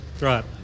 Right